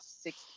six